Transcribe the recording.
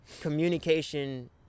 communication